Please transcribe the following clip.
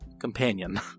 Companion